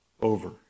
over